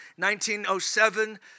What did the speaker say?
1907